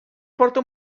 porta